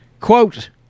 Quote